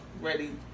Ready